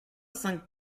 cinq